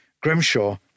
Grimshaw